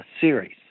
series